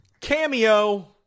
Cameo